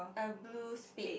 a blue spade